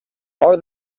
are